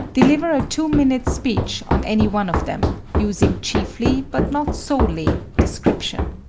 deliver a two-minute speech on any one of them, using chiefly, but not solely, description.